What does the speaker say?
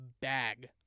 bag